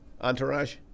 entourage